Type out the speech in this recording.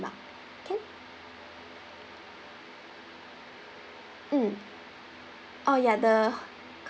mark can mm oh ya the